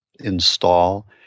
install